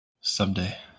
Someday